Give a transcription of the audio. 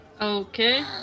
Okay